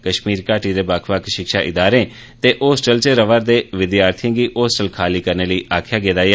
कश्मीर घाटी दे बक्ख बक्ख शिक्षा इदारें दे होस्टल इच र'वारदे विद्यार्थिएं गी होस्टल खाली करने लेई आक्खेया गेआ ऐ